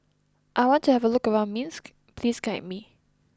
I want to have a look around Minsk please guide me